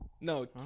No